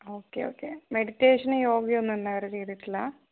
okay okay മെഡിറ്റേഷനും യോഗയൊന്നും ഇന്നേവരെ ചെയ്തിട്ടില്ല